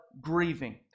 grieving